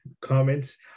comments